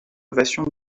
ovation